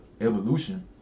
evolution